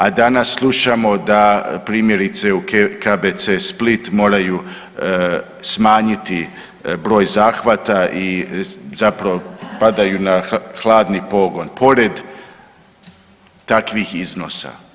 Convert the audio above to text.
A danas slušamo da primjerice u KBC Split moraju smanjiti broj zahvata i zapravo padaju na hladni pogon pored takvih iznosa.